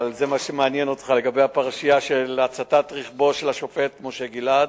אבל מה שמעניין אותך זה הפרשייה של הצתת רכבו של השופט משה גלעד.